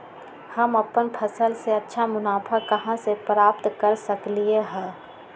हम अपन फसल से अच्छा मुनाफा कहाँ से प्राप्त कर सकलियै ह?